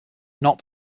not